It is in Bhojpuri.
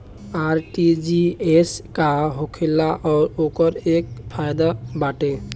आर.टी.जी.एस का होखेला और ओकर का फाइदा बाटे?